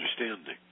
understanding